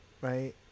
right